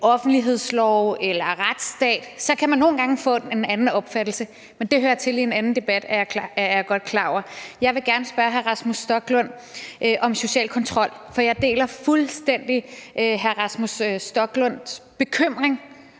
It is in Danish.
offentlighedslov eller retsstat, så kan man nogle gange få en anden opfattelse. Men det hører til i en anden debat, er jeg godt klar over. Jeg vil gerne spørge hr. Rasmus Stoklund om social kontrol. Jeg deler fuldstændig hr. Rasmus Stoklunds bekymring